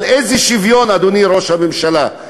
על איזה שוויון, אדוני ראש הממשלה?